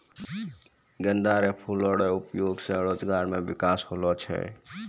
गेंदा रो फूल रो उपयोग से रोजगार मे बिकास होलो छै